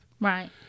Right